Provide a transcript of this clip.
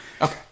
Okay